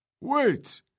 Wait